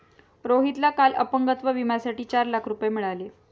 रोहितला काल अपंगत्व विम्यासाठी चार लाख रुपये मिळाले